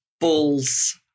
balls